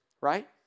right